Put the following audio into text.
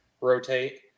rotate